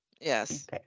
yes